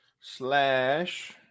Slash